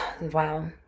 Wow